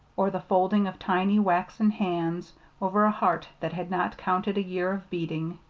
or the folding of tiny, waxen hands over a heart that had not counted a year of beating.